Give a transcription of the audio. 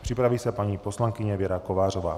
Připraví se paní poslankyně Věra Kovářová.